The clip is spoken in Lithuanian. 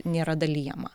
nėra dalijama